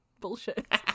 bullshit